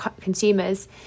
consumers